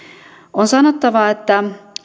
on sanottava että